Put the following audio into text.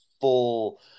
full